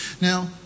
Now